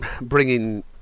bringing